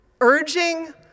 urging